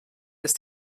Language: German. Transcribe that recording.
ist